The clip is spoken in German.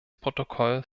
protokoll